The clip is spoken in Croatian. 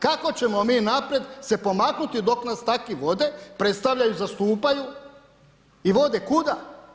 Kako ćemo mi naprijed se pomaknuti dok nas takvi vode, predstavljaju, zastupaju i vode kuda?